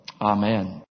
Amen